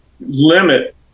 limit